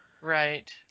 Right